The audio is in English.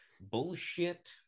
bullshit